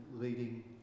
leading